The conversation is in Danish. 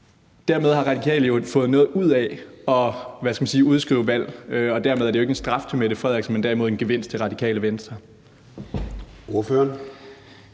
Dermed har Radikale jo fået noget ud af at udskrive valg, og dermed er det jo ikke en straf til den fungerende statsminister, men derimod en gevinst til Radikale Venstre. Kl.